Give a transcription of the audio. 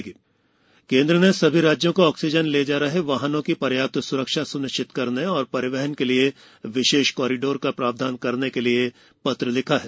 केंद्र ऑक्सीजन केन्द्र सरकार ने सभी राज्यों को ऑक्सीजन ले जा रहे वाहनों की पर्याप्त स्रक्षा स्निश्चित करने और परिवहन के लिए विशेष कॉरीडोर का प्रावधान करने के लिए पत्र लिखा है